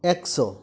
ᱮᱠᱥᱚ